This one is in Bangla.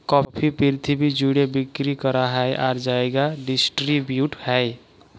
কফি পিরথিবি জ্যুড়ে বিক্কিরি ক্যরা হ্যয় আর জায়গায় ডিসটিরিবিউট হ্যয়